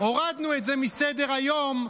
הורדנו את זה מסדר-היום,